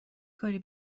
کاری